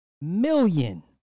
million